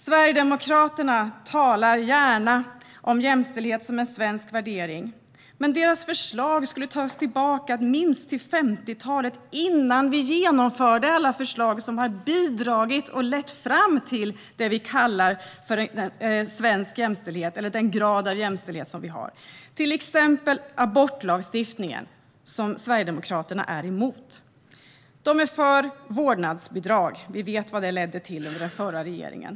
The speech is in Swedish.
Sverigedemokraterna talar gärna om jämställdhet som en svensk värdering, men deras förslag skulle ta oss tillbaka till minst 50-talet, innan vi genomförde alla förslag som har bidragit och lett fram till den grad av jämställdhet som vi har. Det gäller till exempel abortlagstiftningen, som Sverigedemokraterna är emot. De är för vårdnadsbidrag, men vi vet vad det ledde till under den förra regeringen.